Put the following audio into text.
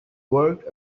worked